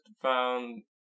found